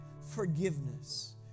forgiveness